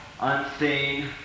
unseen